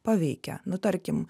paveikia nu tarkim